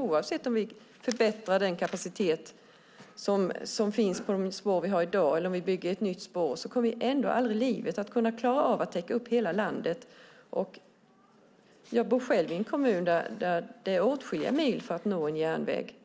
Oavsett om vi förbättrar dagens spårkapacitet eller bygger ett nytt spår kommer vi aldrig i livet att klara av att täcka upp hela landet. Jag bor själv i en kommun där det är åtskilliga mil till en järnväg.